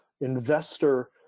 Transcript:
investor